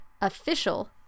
official